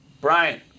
Brian